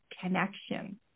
connection